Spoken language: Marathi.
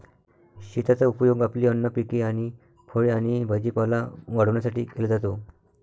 शेताचा उपयोग आपली अन्न पिके आणि फळे आणि भाजीपाला वाढवण्यासाठी केला जातो